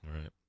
Right